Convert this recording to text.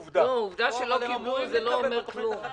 העובדה שלא קיבלו זה לא אומר כלום.